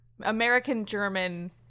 American-German